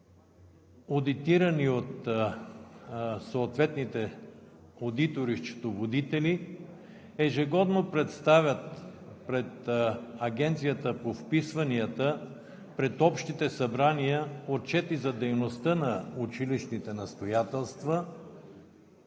одитирани от съответните одитори, счетоводители, ежегодно представят пред Агенцията по вписванията пред общите събрания отчети за дейността на училищните настоятелства,